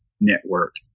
Network